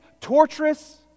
torturous